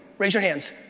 raise your hands.